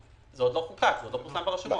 זה עוד לא חוקק, זה לא פורסם ברשומות.